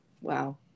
wow